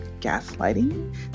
gaslighting